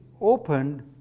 opened